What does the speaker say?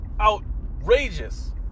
Outrageous